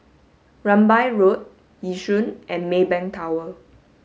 Rambai Road Yishun and Maybank Tower